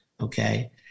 okay